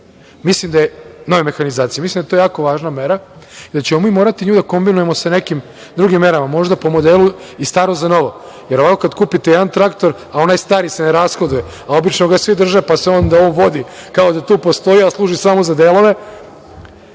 za kupovinu nove mehanizacije. Mislim da je to jako važna mera, jer ćemo mi morati nju da kombinujemo sa nekim drugim merama, možda po modelu i staro za novo. Kada kupite jedan traktor, a onaj stari se ne rashoduje, a obično ga svi drže, pa se onda on vodi kao da tu postoji, a služi samo za delove,